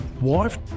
wife